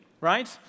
right